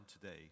today